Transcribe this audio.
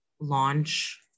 launch